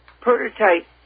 prototype